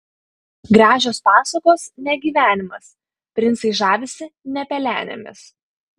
gražios pasakos ne gyvenimas princai žavisi ne pelenėmis